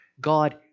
God